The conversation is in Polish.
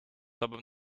tobym